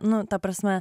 nu ta prasme